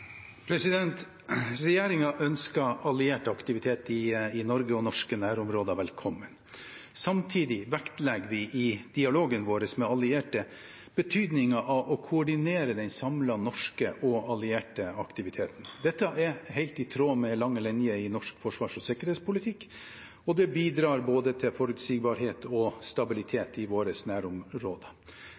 ønsker alliert aktivitet i Norge og norske nærområder velkommen. Samtidig vektlegger vi i dialogen vår med allierte betydningen av å koordinere den samlede norske og allierte aktiviteten. Dette er helt i tråd med lange linjer i norsk forvars- og sikkerhetspolitikk, og det bidrar både til forutsigbarhet og stabilitet i våre nærområder.